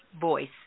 voice